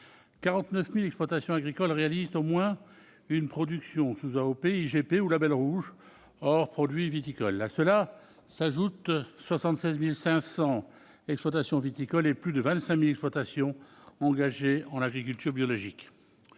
49 000 exploitations agricoles réalisent au moins une production sous AOP, IGP ou label rouge, hors produits viticoles. S'y ajoutent 76 500 exploitations viticoles et plus de 25 000 exploitations engagées en agriculture biologique.